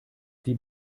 die